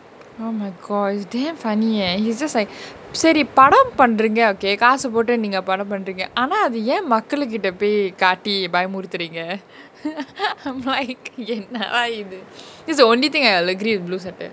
oh my god is damn funny eh it's just like சரி படோ பன்ரிங்க:sari pado panringa okay காசு போட்டு நீங்க படம் பன்ரிங்க ஆனா அதுயே மக்கள்கிட்ட போய் காட்டி பயமுருத்திரிங்க:kaasu potu neenga padam panringa aana athuye makkalkitta poai kaati payamuruthiringa I'm like என்னடா இது:ennadaa ithu this is the only thing I agree with blue sattai